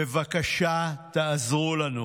בבקשה תעזרו לנו,